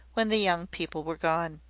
when the young people were gone.